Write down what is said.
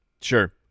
Sure